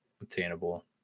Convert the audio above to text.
obtainable